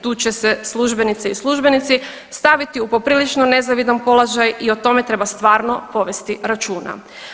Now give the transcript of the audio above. Tu će se službenice i službenici staviti u poprilično nezavidan položaj i o tome treba stvarno povesti računa.